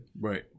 right